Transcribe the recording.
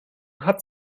hat